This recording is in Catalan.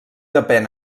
depèn